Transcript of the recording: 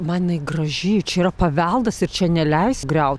man jinai graži čia yra paveldas ir čia neleis griaut